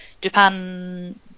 japan